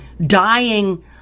dying